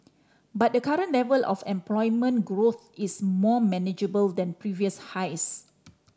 but the current level of employment growth is more manageable than previous highs